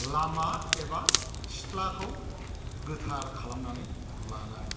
लामा एबा सिथ्लाखौ गोथार खालामनानै लानाय